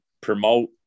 promote